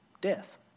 death